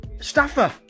staffer